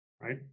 right